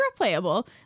replayable